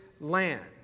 land